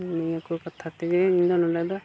ᱱᱤᱭᱟᱹ ᱠᱚ ᱠᱟᱛᱷᱟ ᱛᱮᱜᱮ ᱤᱧᱫᱚ ᱱᱚᱸᱰᱮ ᱫᱚ